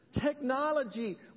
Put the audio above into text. Technology